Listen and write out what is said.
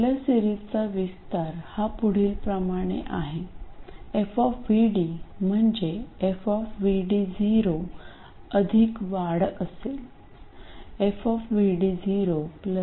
teller सेरीजचा विस्तार हा पुढीलप्रमाणे आहे f म्हणजे f अधिक वाढ असेल